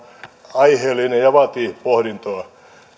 aiheellinen ja vaatii pohdintaa